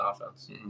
offense